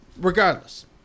Regardless